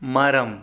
மரம்